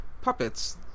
puppets